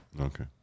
Okay